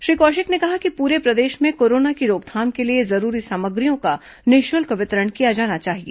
श्री कौशिक ने कहा कि पूरे प्रदेश में कोरोना की रोकथाम के लिए जरूरी सामग्रियों का निःशुल्क वितरण किया जाना चाहिए